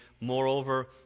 Moreover